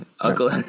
Uncle